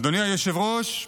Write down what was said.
אדוני היושב-ראש,